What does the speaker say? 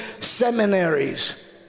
seminaries